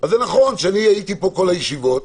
אז נכון שאני הייתי כאן בכל הישיבות,